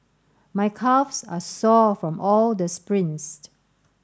my calves are sore from all the sprints